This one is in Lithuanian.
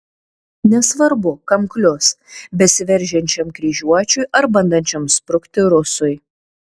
nesvarbu kam klius besiveržiančiam kryžiuočiui ar bandančiam sprukti rusui